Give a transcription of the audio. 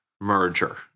merger